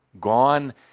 gone